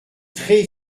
très